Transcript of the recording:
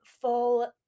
full